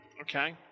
Okay